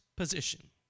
position